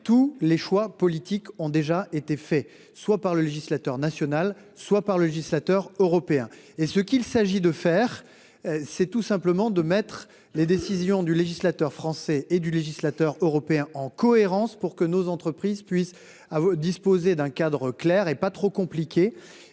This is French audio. tous les choix politiques ont déjà été faits, soit par le législateur national soit par le législateur européen est ce qu'il s'agit de faire. C'est tout simplement de mettre les décisions du législateur français et du législateur européen en cohérence pour que nos entreprises puissent à disposer d'un cadre clair et pas trop compliqué